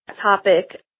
topic